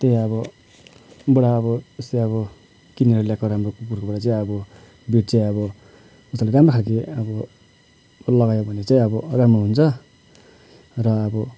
त्यही अब बडा अब जस्तै अब किनेर ल्याएको राम्रो कुकुरकोबाट चाहिँ अब ब्रिड चाहिँ अब जस्तो राम्रो खालको अब लगायो भने चाहिँ अब राम्रो हुन्छ र अब